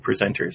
presenters